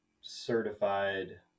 certified